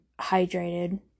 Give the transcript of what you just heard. hydrated